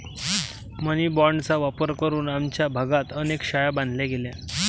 मनी बाँडचा वापर करून आमच्या भागात अनेक शाळा बांधल्या गेल्या